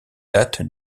date